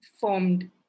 formed